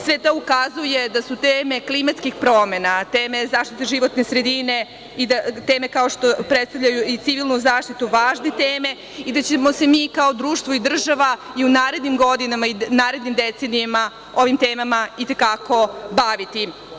Sve to ukazuje da su teme klimatskih promena, teme zaštite životne sredine i teme što predstavljaju i civilnu zaštitu, važne teme i da ćemo se mi kao društvo i država i u narednim godinama i u narednim decenijama ovim temama i te kako baviti.